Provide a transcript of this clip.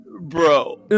Bro